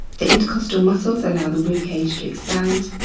the intercostal muscles allow the ribcage to expand.